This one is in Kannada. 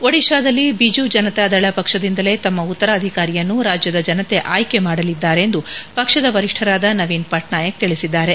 ಒಡಿಶಾದಲ್ಲಿ ಬಿಜು ಜನತಾದಳ ಪಕ್ಷದಿಂದಲೇ ತಮ್ಮ ಉತ್ತರಾಧಿಕಾರಿಯನ್ನು ರಾಜ್ಯದ ಜನತೆ ಆಯ್ಕೆ ಮಾಡಲಿದ್ದಾರೆ ಎಂದು ಪಕ್ಷದ ವರಿಷ್ಣರಾದ ನವೀನ್ ಪಣ್ವಾಯಕ್ ತಿಳಿಸಿದ್ದಾರೆ